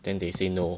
then they say no